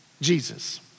Jesus